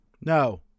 No